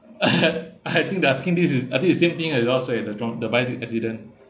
I think this is asking this is I think the same thing as well as the trau~ the bike c~ accident